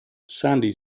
sandy